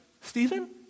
Stephen